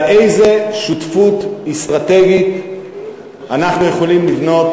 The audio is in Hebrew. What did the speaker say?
איזו שותפות אסטרטגית אנחנו יכולים לבנות